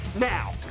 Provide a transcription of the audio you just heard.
now